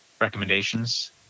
recommendations